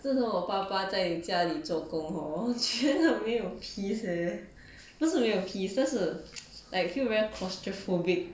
真的我爸爸在家里做工 hor 觉得没有 peace eh 不是没有 peace 但是 like feel very claustrophobic